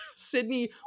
Sydney